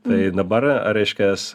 tai dabar reiškias